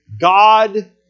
God